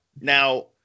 now